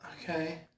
Okay